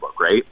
right